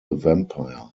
vampire